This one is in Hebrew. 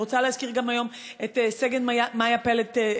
אני רוצה להזכיר היום גם את סגן מאיה פלד,